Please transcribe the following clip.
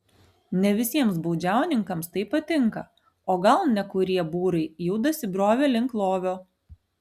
ne visiems baudžiauninkams tai patinka o gal nekurie būrai jau dasibrovė link lovio